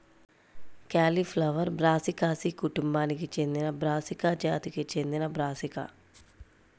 cauliflower brassicaceae కుటుంబానికి చెందినబ్రాసికా జాతికి చెందినబ్రాసికా